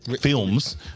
films